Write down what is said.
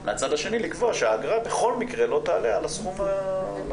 מצד שני לקבוע שהאגרה בכל מקרה לא תעלה על סכום הנקוב.